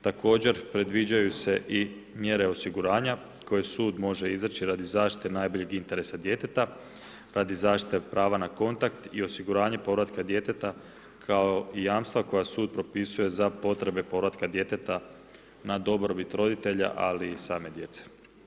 Također predviđaju se i mjere osiguranja koje sud može izreći radi zaštite najboljeg interesa djeteta, radi zaštite prava na kontakt i osiguranje povratka djeteta kao i jamstva koja sud propisuje za potrebe povratka djeteta na dobrobit roditelja ali i same djece.